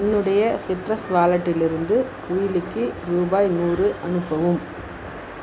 என்னுடைய சிட்ரஸ் வாலட்டிலிருந்து குயிலிக்கு ரூபாய் நூறு அனுப்பவும்